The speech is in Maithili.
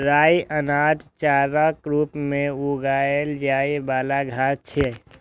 राइ अनाज, चाराक रूप मे उगाएल जाइ बला घास छियै